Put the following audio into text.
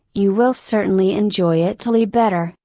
you will certainly enjoy italy better,